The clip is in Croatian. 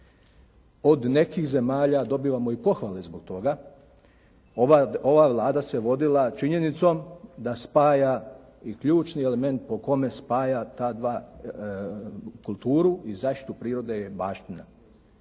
Od nekih zemalja dobivamo i potpore zbog toga. Ova Vlada se vodila činjenicom da spaja i ključni element po kojem spaja ta dva, kulturu i zaštitu prirode baština.